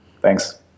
Thanks